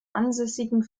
ansässigen